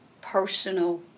personal